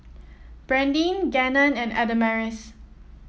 Brandyn Gannon and Adamaris